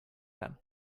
them